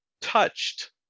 touched